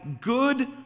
good